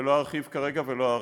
ולא ארחיב כרגע ולא אאריך.